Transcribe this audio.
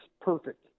perfect